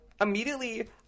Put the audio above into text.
immediately